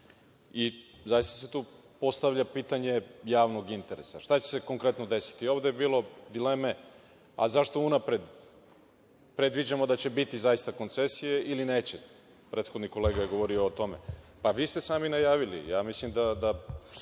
Tu se postavlja pitanje javnog interesa, šta će se konkretno desiti. Ovde je bilo dileme – zašto unapred predviđamo da će zaista biti koncesije ili neće? Prethodni kolega je govorio o tome. Vi ste sami najavili. Mislim da